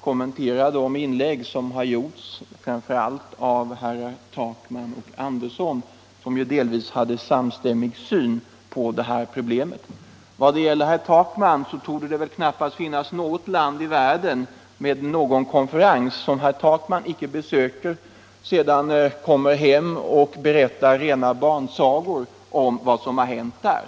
kommentera de inlägg som har gjorts framför allt av herrar Takman och Andersson, vilka ju delvis hade samma syn på det här problemet. Vad det gäller herr Takman, så torde det väl knappast finnas något land i världen med någon konferens som herr Takman icke besöker och sedan kommer hem och berättar rena barnsagor om vad som har hänt där.